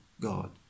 God